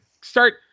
Start